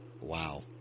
Wow